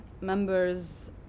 members